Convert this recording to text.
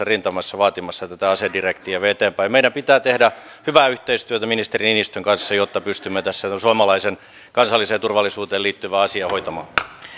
rintamassa vaatimassa tätä asedirektiiviä eteenpäin meidän pitää tehdä hyvää yhteistyötä ministeri niinistön kanssa jotta pystymme tässä tätä suomen kansalliseen turvallisuuteen liittyvää asiaa hoitamaan